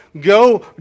Go